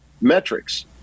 metrics